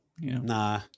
Nah